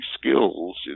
skills